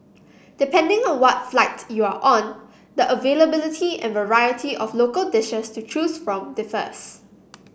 depending on what flight you are on the availability and variety of local dishes to choose from differs